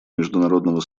международного